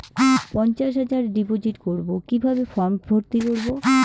পঞ্চাশ হাজার ডিপোজিট করবো কিভাবে ফর্ম ভর্তি করবো?